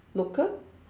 local